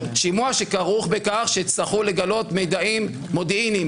שימוע שכרוך בכך שיצטרכו לגלות מידעים מודיעיניים